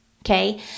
Okay